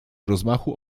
rozmachu